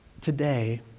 today